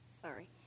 Sorry